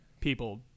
people